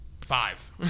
Five